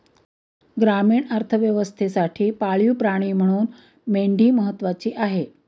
ग्रामीण अर्थव्यवस्थेसाठी पाळीव प्राणी म्हणून मेंढी महत्त्वाची आहे